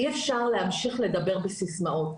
אי אפשר להמשיך לדבר בסיסמאות.